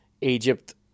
Egypt